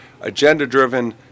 agenda-driven